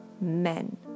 men